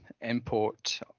import